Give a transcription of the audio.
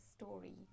story